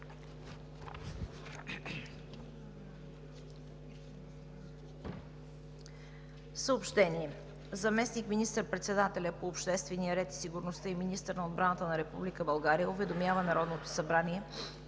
Дариткова. Заместник министър-председателят по обществения ред и сигурността и министър на отбраната на Република България уведомява Народното събрание,